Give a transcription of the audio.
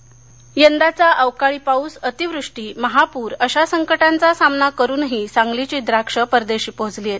द्राक्ष सांगली यंदाचा अवकाळी पाऊस अतिवृष्टी महापूर अशा संकटांचा सामना करूनही सांगलीची द्राक्षं परदेशी पोहोचलीत